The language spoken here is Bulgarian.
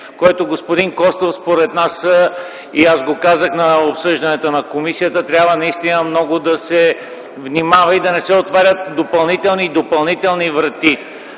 което, господин Костов, според нас – аз го казах при обсъждането в комисията, трябва наистина много да се внимава и да не се отварят допълнителни врати.